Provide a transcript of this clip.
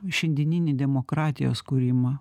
šiandieninį demokratijos kūrimą